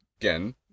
Again